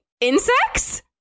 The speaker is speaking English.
insects